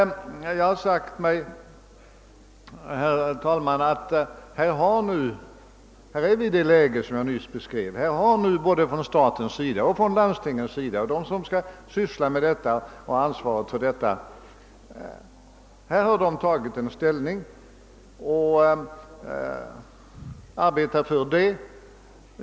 Jag har emellertid sagt mig, herr talman, att vi är i det läge som jag nyss beskrev: de inom staten och landstingen som sysslar med sjukvård och har ansvar för den har tagit ställning.